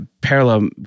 Parallel